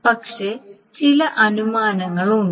പക്ഷേ ചില അനുമാനങ്ങളുണ്ട്